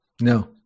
No